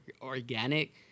organic